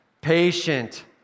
patient